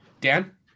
Dan